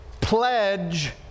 pledge